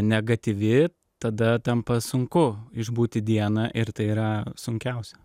negatyvi tada tampa sunku išbūti dieną ir tai yra sunkiausia